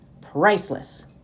priceless